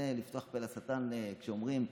זה לפתוח פה לשטן כשאומרים,